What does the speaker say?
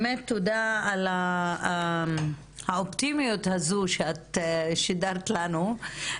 באמת תודה על האופטימיות הזו שאת שידרת לנו.